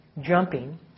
jumping